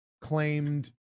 claimed